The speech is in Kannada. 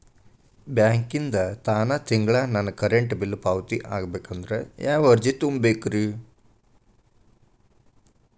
ಬ್ಯಾಂಕಿಂದ ತಾನ ತಿಂಗಳಾ ನನ್ನ ಕರೆಂಟ್ ಬಿಲ್ ಪಾವತಿ ಆಗ್ಬೇಕಂದ್ರ ಯಾವ ಅರ್ಜಿ ತುಂಬೇಕ್ರಿ?